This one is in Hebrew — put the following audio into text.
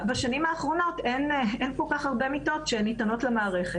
בשנים האחרונות אין כל כך הרבה מיטות שניתנות למערכת,